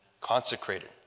consecrated